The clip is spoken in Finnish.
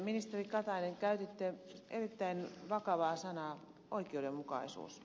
ministeri katainen käytitte erittäin vakavaa sanaa oikeudenmukaisuus